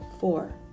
four